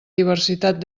diversitat